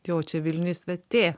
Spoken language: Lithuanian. tai o čia vilniuj svetė